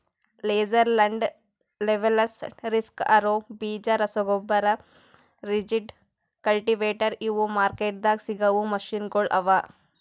laser land leveller, disc harrow, ಬೀಜ ರಸಗೊಬ್ಬರ, rigid, cultivator ಇವು ಮಾರ್ಕೆಟ್ದಾಗ್ ಸಿಗವು ಮೆಷಿನಗೊಳ್ ಅವಾ